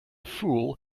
fool